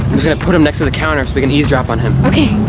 gonna put them next to the counter, so we can eavesdrop on him. okay.